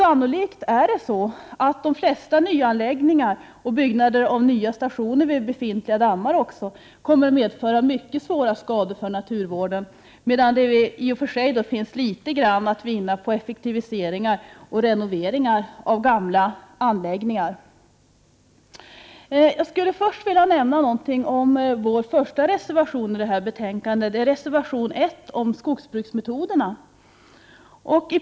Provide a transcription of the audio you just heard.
Sannolikt medför de flesta nyanläggningar, och även byggande av nya stationer vid befintliga dammar, mycket svåra skador i naturen, medan det i och för sig är litet att vinna på effektivisering och renovering av gamla anläggningar. Jag vill nämna något om miljöpartiets första reservation till detta betänkande, nämligen reservation 1 om skogsbruksmetoderna.